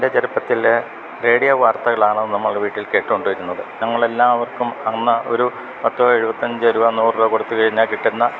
എൻ്റെ ചെറുപ്പത്തിലെ റേഡിയോ വാർത്തകളാണ് നമ്മൾ വീട്ടിൽ കേട്ടുകൊണ്ടിരുന്നത് ഞങ്ങളെല്ലാവർക്കും അന്ന് ഒരു പത്തോ എഴുപത്തഞ്ച് രൂപ നൂറ് രൂപ കൊടുത്ത് കഴിഞ്ഞാൽ കിട്ടുന്ന